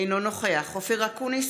אינו נוכח אופיר אקוניס,